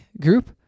group